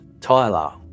Tyler